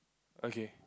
okay